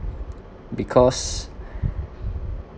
because